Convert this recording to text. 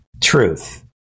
truth